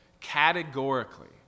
categorically